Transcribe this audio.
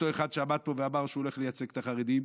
אותו אחד שעמד פה ואמר שהוא הולך לייצג את החרדים,